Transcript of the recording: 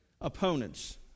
opponents